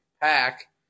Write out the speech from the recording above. pack